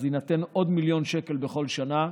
אז יינתנו עוד מיליון שקל בכל שנה,